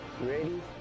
Ready